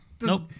Nope